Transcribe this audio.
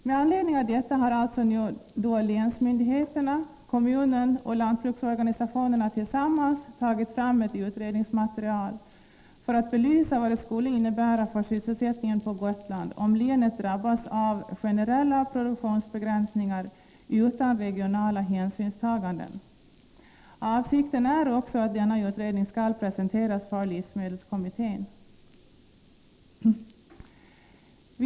Med anledning av detta har alltså länsmyndigheterna, kommunen och lantbruksorganisationerna nu tillsammans tagit fram ett utredningsmaterial för att belysa vad det skulle innebära för sysselsättningen på Gotland om länet drabbades av generella produktionsbegränsningar utan regionala hänsynstaganden. Avsikten är att denna utredning skall presenteras för livsmedelskommittén.